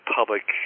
public